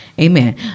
amen